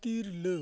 ᱛᱤᱨᱞᱟᱹ